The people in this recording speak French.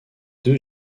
deux